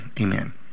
amen